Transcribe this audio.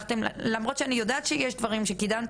למרות שאני יודעת שיש דברים שקידמתם,